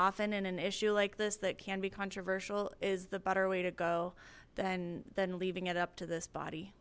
often in an issue like this that can be controversial is the better way to go then then leaving it up to this body